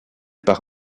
par